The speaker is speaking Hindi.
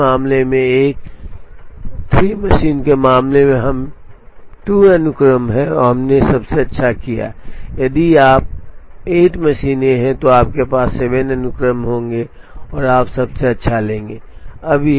तो इस मामले में एक 3 मशीन के मामले में हम 2 अनुक्रम हैं और हमने सबसे अच्छा लिया यदि आप 8 मशीनें हैं तो आपके पास 7 अनुक्रम होंगे और आप सबसे अच्छा लेंगे